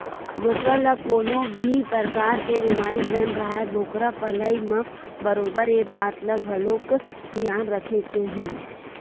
बोकरा ल कोनो भी परकार के बेमारी झन राहय बोकरा पलई म बरोबर ये बात ल घलोक धियान रखे के हे